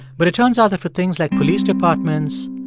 but it turns out that for things like police departments,